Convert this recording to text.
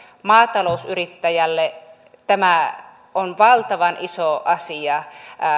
maatalousyrittäjälle tämä on valtavan iso asia